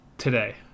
today